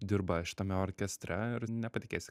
dirba šitame orkestre ir nepatikėsi